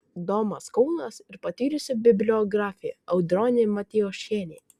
domas kaunas ir patyrusi bibliografė audronė matijošienė